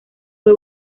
fue